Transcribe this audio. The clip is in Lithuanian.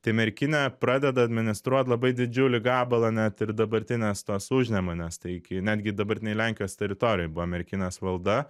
tai merkinė pradeda administruot labai didžiulį gabalą net ir dabartinės tos užnemunės tai iki netgi dabartinėj lenkijos teritorijoj buvo merkinės valda